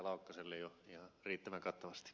laukkaselle jo ihan riittävän kattavasti